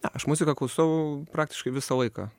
na aš muziką klausau praktiškai visą laiką